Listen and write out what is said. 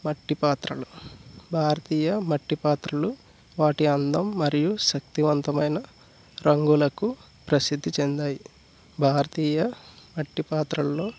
మట్టి పాత్రలు భారతీయ మట్టి పాత్రలు వాటి అందం మరియు శక్తివంతమైన రంగులకు ప్రసిద్ధి చెందాయి భారతీయ మట్టి పాత్రల్లో